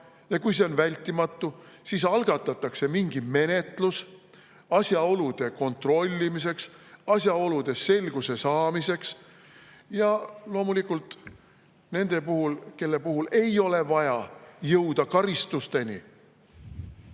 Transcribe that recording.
ja kui see on vältimatu, siis algatatakse mingi menetlus asjaolude kontrollimiseks, asjaoludes selguse saamiseks, aga loomulikult nende puhul, kelle puhul ei ole vaja jõuda karistusteni,